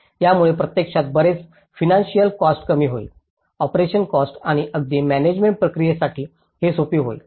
यामुळे प्रत्यक्षात बरेच फीनंसिअल कॉस्ट कमी होईल ऑपरेशनल कॉस्ट आणि अगदी मॅनॅजमेण्ट प्रक्रियेसाठी हे सोपे होईल